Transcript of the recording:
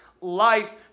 life